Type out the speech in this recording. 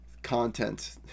content